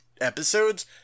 episodes